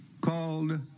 called